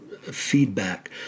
feedback